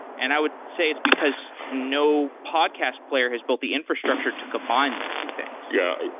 and i would say it's because no podcast player has built the infrastructure to combine those two things. yeah.